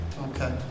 Okay